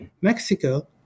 Mexico